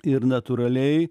ir natūraliai